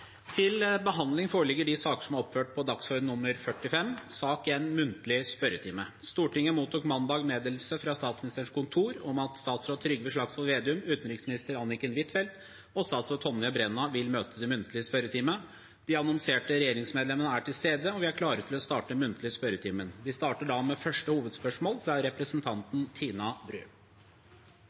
Stortinget mottok mandag meddelelse fra Statsministerens kontor om at statsråd Trygve Slagsvold Vedum, utenriksminister Anniken Huitfeldt og statsråd Tonje Brenna vil møte til muntlig spørretime. De annonserte regjeringsmedlemmene er til stede, og vi er klare til å starte den muntlige spørretimen. Vi starter da med første hovedspørsmål, fra representanten Tina Bru.